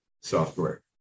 software